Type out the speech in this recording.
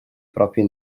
proprio